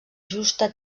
justa